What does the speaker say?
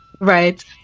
right